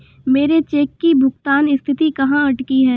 मेरे चेक की भुगतान स्थिति कहाँ अटकी है?